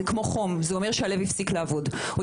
דום לב אומר שהלב הפסיק לעבוד,